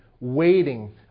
waiting